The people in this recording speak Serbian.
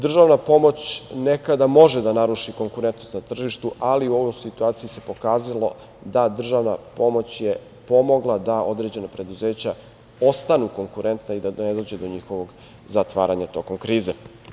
Državna pomoć nekada može da naruši konkurentnost na tržištu, ali u ovoj situaciji se pokazalo da je državna pomoć pomogla da određena preduzeća ostanu konkurentna i da ne dođe do njihovog zatvaranja tokom krize.